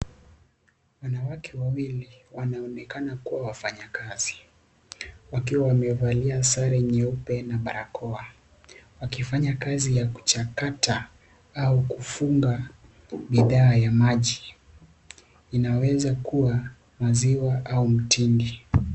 Wanawake wawili wanaonekana kuwa wafanyakazi wakiwa wamevalia sare nyeupe na barakoa wakifanya kazi ya kuchakata au kufumba bidhaa ya maji inaweza kuwa maziwa au mtindi.